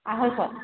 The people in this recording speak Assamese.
আঢ়ৈশ